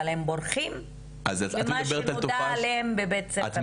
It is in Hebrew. אבל הם בורחים ומה שנודע עליהם בבית ספר אחר.